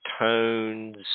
tones